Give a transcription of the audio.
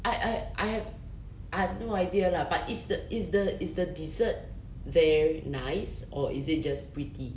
I I I have I have no idea lah but is the is the is the dessert there nice or is it just pretty